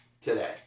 today